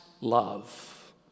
love